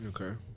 Okay